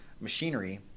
machinery